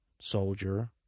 soldier